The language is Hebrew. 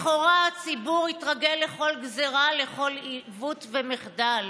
לכאורה הציבור התרגל לכל גזרה, לכל עיוות ומחדל.